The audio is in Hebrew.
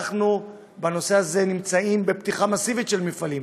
בנושא הזה אנחנו נמצאים בפתיחה מסיבית של מפעלים.